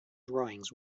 drawings